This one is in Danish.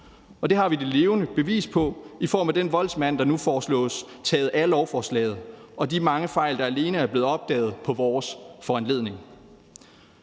Og det har vi det levende bevis på i form af den voldsmand, der nu foreslås taget af lovforslaget, og de mange fejl, der alene er blevet opdaget på vores foranledning.